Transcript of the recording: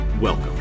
Welcome